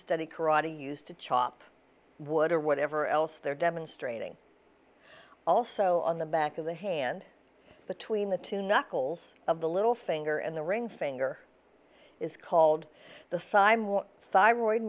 study karate used to chop wood or whatever else they're demonstrating also on the back of the hand between the two knuckles of the little finger and the ring finger is called the thyroid